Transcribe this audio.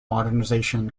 modernization